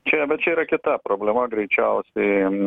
čia bet čia yra kita problema greičiausiai